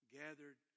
gathered